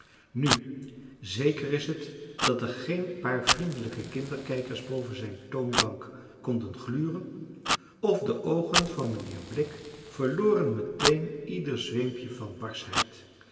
nu zeker is het françois haverschmidt familie en kennissen dat er geen paar vriendelijke kinderkijkers boven zijn toonbank konden gluren of de oogen van mijnheer blik verloren meteen ieder zweempje van barschheid